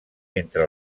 entre